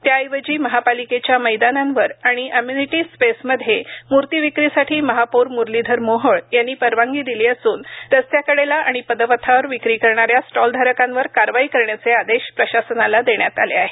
त्याऐवजी महापालिकेच्या मैदानांवर आणि अमेनिटी स्पेस मध्ये मूर्ती विक्रीसाठी महापौर मुरलीधर मोहोळ यांनी परवानगी दिली असून रस्त्याकडेला आणि पदपथावर विक्री करणाऱ्या स्टॉल धारकांवर कारवाई करण्याचे आदेश प्रशासनाला देण्यात आले आहेत